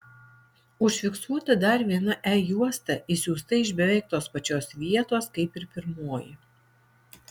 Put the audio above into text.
užfiksuota dar viena e juosta išsiųsta iš beveik tos pačios vietos kaip ir pirmoji